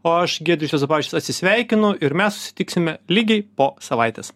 o aš giedrius juozapavičius atsisveikinu ir mes susitiksime lygiai po savaitės